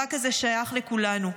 שהמאבק הזה שייך לכולנו,